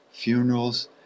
funerals